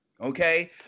okay